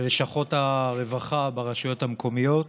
ללשכות הרווחה ברשויות המקומיות